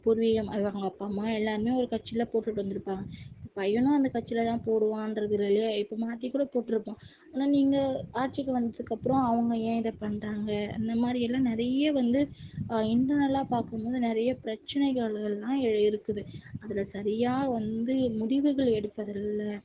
பூர்விகமாக இவங்க அப்பா அம்மா எல்லாருமே ஒரு கட்சியில் போட்டுவிட்டு வந்துருப்பாங்க பையனும் அந்த கட்சியில தான் போடுவான்றது இல்லை இல்லையா இப்போ மாற்றிக்கூட போட்டுருப்பான் ஆனால் நீங்கள் ஆட்சிக்கு வந்ததுக்கு அப்புறோம் அவங்க ஏன் இதை பண்ணுறாங்க இந்த மாதிரி எல்லாம் நிறைய வந்து இன்டர்னல்லாக பார்க்கும் போது நிறைய பிரச்சனைகள் எல்லாம் ஏ இருக்குது அதில் சரியாக வந்து முடிவுகள் எடுப்பதில்லை